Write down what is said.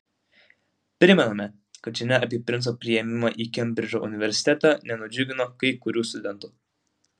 primename kad žinia apie princo priėmimą į kembridžo universitetą nenudžiugino kai kurių studentų